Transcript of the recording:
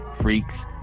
freaks